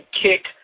kick